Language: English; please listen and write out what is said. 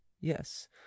Yes